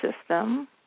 system